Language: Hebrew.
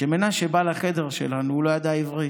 כשמנשה בא לחדר שלנו הוא לא ידע עברית.